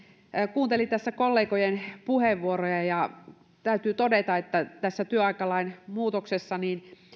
kuuntelin kollegojen puheenvuoroja ja täytyy todeta että tässä työaikalain muutoksessa